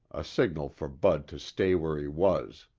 a signal for bud to stay where he was.